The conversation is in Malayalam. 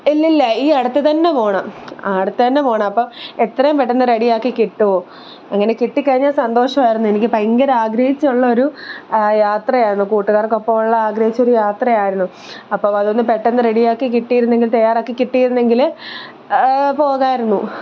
ഇല്ലില്ല ഈ അടുത്ത് തന്നെ പോവണം അടുത്തുതന്നെ പോവണം അപ്പോൾ എത്രയും പെട്ടെന്ന് റെഡിയാക്കി കിട്ടുമോ അങ്ങനെ കിട്ടിക്കഴിഞ്ഞാൽ സന്തോഷമായിരുന്നു എനിക്ക് ഭയങ്കര ആഗ്രഹിച്ചുള്ളൊരു യാത്രയായിരുന്നു കൂട്ടുകാർക്കൊപ്പമുള്ള ആഗ്രഹിച്ചൊരു യാത്രയായിരുന്നു അപ്പോൾ അതൊന്ന് പെട്ടെന്ന് റെഡിയാക്കി കിട്ടിയിരുന്നെങ്കിൽ തയ്യാറാക്കി കിട്ടിയിരുന്നെങ്കിൽ പോകാമായിരുന്നു